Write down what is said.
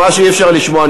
ממש אי-אפשר לשמוע,